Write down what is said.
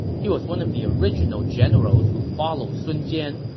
he was one of the original generals who followed sun jian,